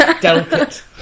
delicate